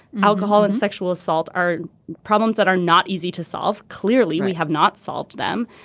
alcohol and sexual assault are problems that are not easy to solve. clearly we have not solved them.